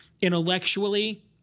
intellectually